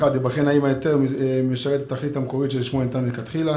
1. ייבחן אם ההיתר משרת את התכלית המקורית שלשמו הוא ניתן מלכתחילה,